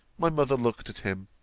my mother looked at him,